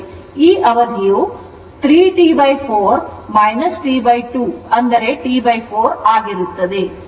ಈ ಅವಧಿಯು 3 T 4 T 2 T 4 ಆಗಿರುತ್ತದೆ